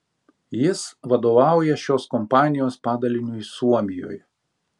jis vadovauja šios kompanijos padaliniui suomijoje